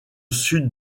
sud